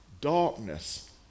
darkness